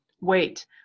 Wait